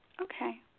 Okay